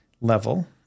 level